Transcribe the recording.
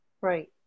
Right